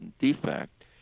defect